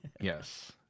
Yes